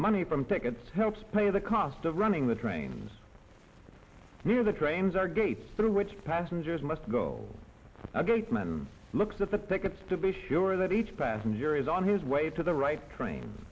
money from tickets helps pay the cost of running the trains near the trains or gates through which passengers must go a gate man looks at the tickets to be sure that each passenger is on his way to the right train